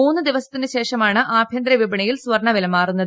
മൂന്ന് ദിവസത്തിനുശേഷമാണ് ആഭ്യന്തര വിപണിയിൽ സ്വർണ്ണ വില മാറുന്നത്